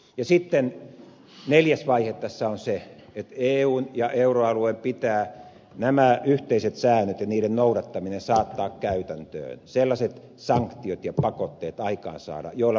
sitten neljäs vaihe tässä on se että eun ja euroalueen pitää nämä yhteiset säännöt ja niiden noudattaminen saattaa käytäntöön sellaiset sanktiot ja pakotteet aikaansaada joilla